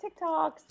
TikToks